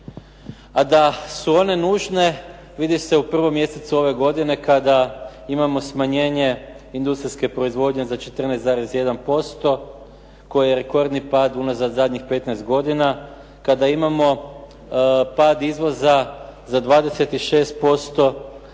A da su one nužne, vidi se u prvom mjesecu ove godine kada imamo smanjenje industrijske proizvodnje za 14,1% koji je rekordni pad unazad zadnjih 15 godina, kada imamo pad izvoza za 26%